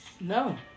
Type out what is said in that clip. no